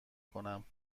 کنم